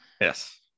yes